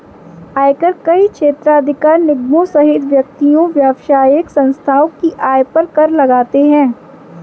आयकर कई क्षेत्राधिकार निगमों सहित व्यक्तियों, व्यावसायिक संस्थाओं की आय पर कर लगाते हैं